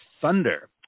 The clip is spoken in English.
thunder